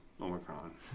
Omicron